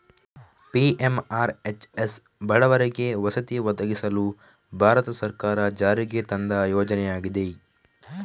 PMRHS ಬಡವರಿಗೆ ವಸತಿ ಒದಗಿಸಲು ಭಾರತ ಸರ್ಕಾರ ಜಾರಿಗೆ ತಂದ ಯೋಜನೆಯಾಗಿದೆ